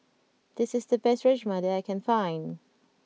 this is the best Rajma that I can find